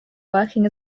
working